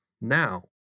Now